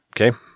Okay